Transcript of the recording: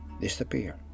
disappear